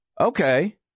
Okay